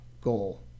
goal